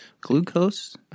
Glucose